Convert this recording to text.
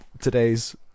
today's